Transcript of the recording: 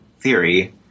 theory